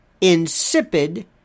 insipid